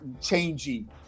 changing